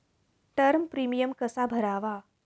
Term premium कसा भरावा?